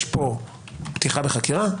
יש פה פתיחה בחקירה,